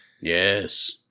Yes